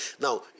Now